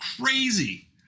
crazy